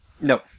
No